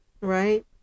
right